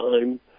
time